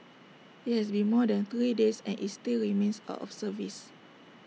IT has been more than three days and is still remains out of service